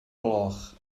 gloch